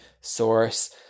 source